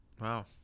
Wow